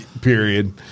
Period